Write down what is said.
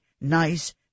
nice